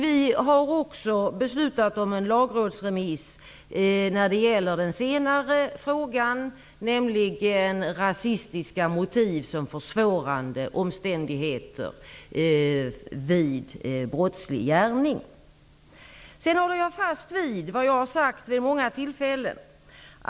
Vi har också beslutat om en lagrådsremiss i den senare frågan, dvs. rasistiska motiv som försvårande omständigheter vid brottslig gärning. Jag håller fast vid vad jag har sagt vid många tillfällen.